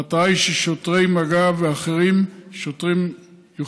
המטרה היא ששוטרי מג"ב ושוטרים אחרים